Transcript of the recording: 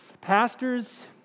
Pastors